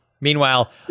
Meanwhile